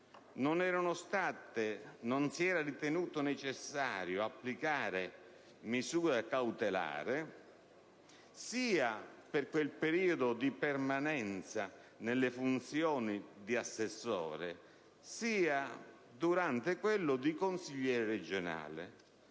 non si era ritenuto necessario applicare misure cautelari, sia nel periodo di permanenza nelle funzioni di assessore sia durante quello di esercizio del